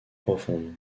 profonde